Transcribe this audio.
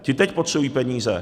Ti teď potřebují peníze.